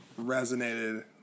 resonated